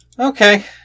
Okay